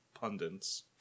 pundits